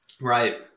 Right